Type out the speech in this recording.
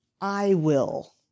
I-will